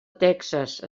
texas